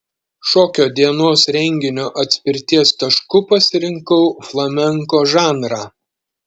šokio dienos renginio atspirties tašku pasirinkau flamenko žanrą